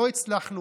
לא הצלחנו,